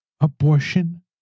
abortion